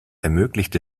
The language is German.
ermöglicht